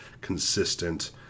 consistent